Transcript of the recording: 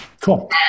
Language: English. Cool